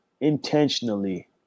intentionally